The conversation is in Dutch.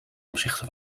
opzichte